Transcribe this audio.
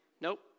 Nope